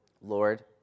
Lord